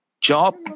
Job